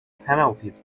penalties